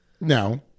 No